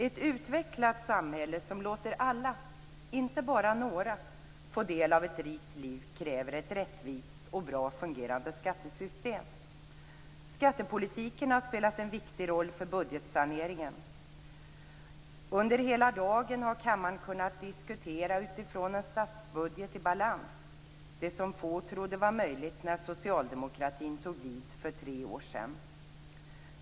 Ett utvecklat samhälle som låter alla - inte bara några - få del av ett rikt liv kräver ett rättvist och bra fungerande skattesystem. Skattepolitiken har spelat en viktig roll för budgetsaneringen. Under hela dagen har kammaren kunnat diskutera utifrån en statsbudget i balans - det som få trodde var möjligt när socialdemokratin tog vid för tre år sedan.